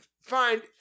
find